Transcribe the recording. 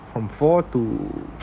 from four to